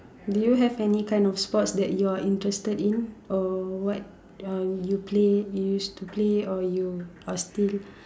do you have any kind of sports that you are interested in or what um you play you used to play or you are still